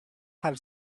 have